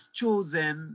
chosen